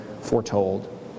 foretold